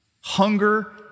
Hunger